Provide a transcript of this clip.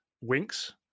winks